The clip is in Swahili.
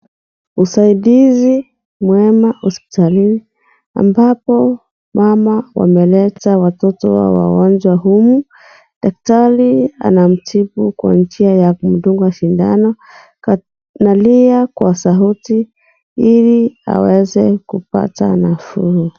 Usaidizi mwema hospitalini ambapo mama ameleta watoto wao wagonjwa humu, daktari anamtibu kwa njia ya kumdunga sindano analia kwa sauti ili aweze kupata nafuu.